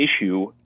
issue